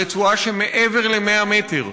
הרצועה שמעבר ל-100 מטר.